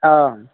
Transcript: অঁ